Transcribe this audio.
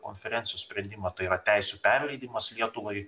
konferencijų sprendimą tai yra teisių perleidimas lietuvai